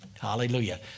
Hallelujah